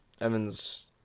Evan's